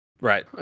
Right